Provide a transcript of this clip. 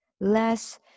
less